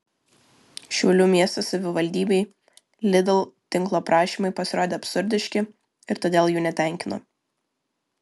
šiaulių miesto savivaldybei lidl tinklo prašymai pasirodė absurdiški ir todėl jų netenkino